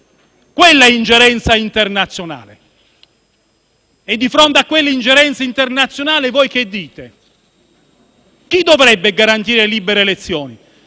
quella è ingerenza internazionale! Di fronte a tale ingerenza internazionale, voi cosa dite? Chi dovrebbe garantire libere elezioni,